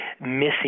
missing